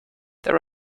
there